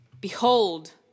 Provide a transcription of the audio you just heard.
behold